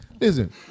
Listen